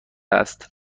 است